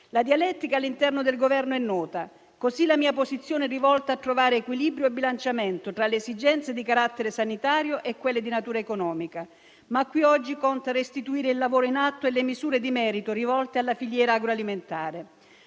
La dialettica all'interno del Governo è nota; così la mia posizione, rivolta a trovare equilibrio e bilanciamento tra le esigenze di carattere sanitario e quelle di natura economica. Ma qui oggi conta restituire il lavoro in atto e le misure di merito rivolte alla filiera agroalimentare.